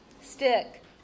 stick